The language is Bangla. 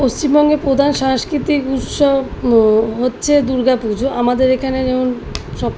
পশ্চিমবঙ্গে প্রধান সাংস্কৃতিক উৎসব হচ্ছে দুর্গা পুজো আমাদের এখানে যেমন সব